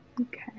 Okay